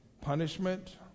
punishment